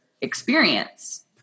experience